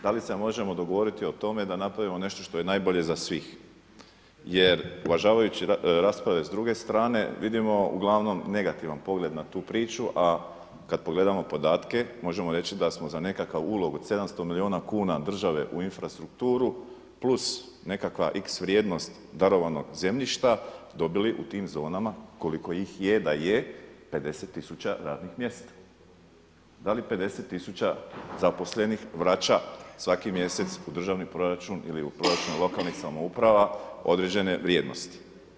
Da li se možemo dogovoriti o tome da napravimo nešto što je najbolje za svih jer uvažavajući rasprave s druge strane, vidimo uglavnom negativan pogleda na tu priču a kad pogledamo podatke, možemo reći da smo za nekakav ulog od 700 milijuna kuna države u infrastrukturu plus nekakva x vrijednost darovan zemljišta dobili u tim zonama koliko ih je da je, 50 000 radnih mjesta, da li 50 000 zaposlenih vraća svaki mjesec u državni proračun ili u proračun lokalnih samouprava određen vrijednosti.